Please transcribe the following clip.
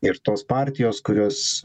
ir tos partijos kurios